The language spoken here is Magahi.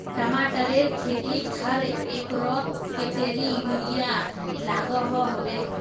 टमाटरेर खेतीत हर एकड़ोत कतेरी यूरिया लागोहो होबे?